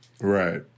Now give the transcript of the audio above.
Right